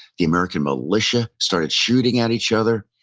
the american militia starting shooting at each other.